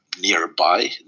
nearby